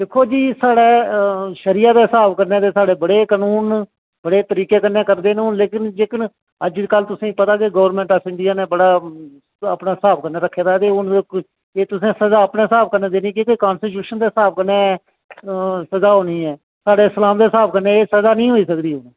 दिक्खो जी साढ़े शरिया दे स्हाब कन्नै बड़े कानून न जेह्के तरीके कन्नै करदे न लेकिन अज्जकल तुसेंगी पता ऐ की गौरमेंट इंडिया नै बड़ा गै अपने स्हाब कन्नै रक्खे दा ते सज़ा तुसें अपने स्हाब कन्नै देनी जां कंस्टीट्यूशन दे स्हाब कन्नै सज़ा होनी ऐ ते इस्लाम दे स्हाब कन्नै ओह् सज़ा निं होई सकदी